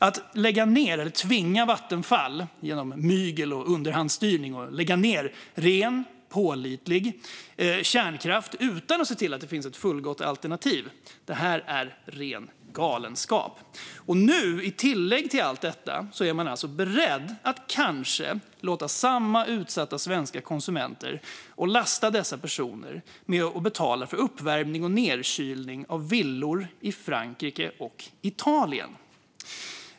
Att lägga ned - eller genom mygel och underhandsstyrning tvinga Vattenfall att lägga ned - ren, pålitlig kärnkraft utan att se till att det finns ett fullgott alternativ är ren galenskap. Och nu, i tillägg till allt detta, är man alltså beredd att kanske låta samma utsatta svenska konsumenter betala för uppvärmning och nedkylning av villor i Frankrike och Italien.